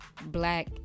black